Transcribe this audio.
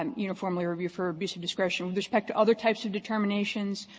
um you know, formally review for abuse of discretion. with respect to other types of determinations,